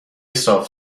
صاف